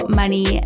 money